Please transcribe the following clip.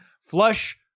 flush